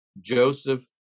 Joseph